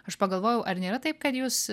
aš pagalvojau ar nėra taip kad jūs